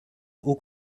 haut